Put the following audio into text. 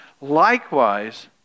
Likewise